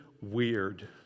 weird